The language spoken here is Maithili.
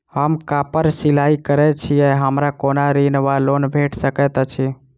हम कापड़ सिलाई करै छीयै हमरा कोनो ऋण वा लोन भेट सकैत अछि?